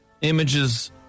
Images